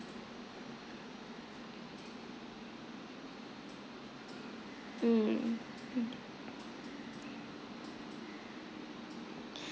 mm mm